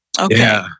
Okay